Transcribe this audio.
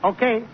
Okay